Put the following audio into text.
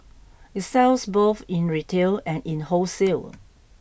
it sells both in retail and in wholesale